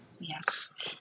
Yes